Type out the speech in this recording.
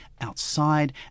outside